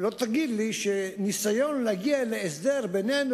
לא תגיד לי שניסיון להגיע להסדר בינינו